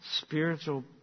spiritual